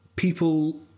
people